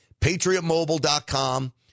PatriotMobile.com